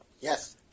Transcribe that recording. Yes